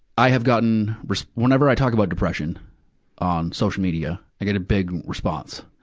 i had gotten whenever i talk about depression on social media, i get a big response.